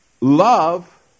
love